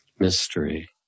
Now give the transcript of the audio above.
Mystery